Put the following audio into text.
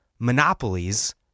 Monopolies